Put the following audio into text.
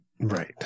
Right